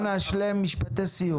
אנא השלם, משפטי סיום.